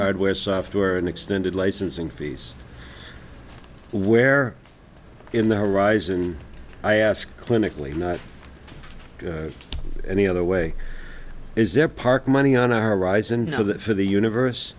hardware software and extended licensing fees where in the horizon i ask clinically not any other way is there park money on our rides and know that for the universe